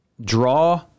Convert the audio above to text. draw